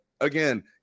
again